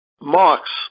Marx